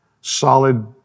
solid